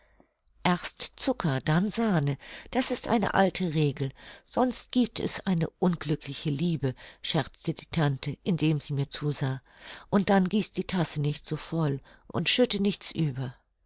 erst zucker dann sahne das ist eine alte regel sonst giebt es eine unglückliche liebe scherzte die tante indem sie mir zusah und dann gieß die tasse nicht so voll und schütte nichts über